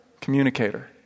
communicator